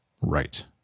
right